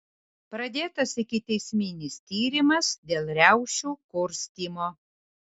pradėtas ikiteisminis tyrimas dėl riaušių kurstymo